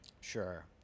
Sure